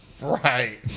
Right